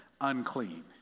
unclean